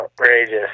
outrageous